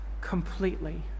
completely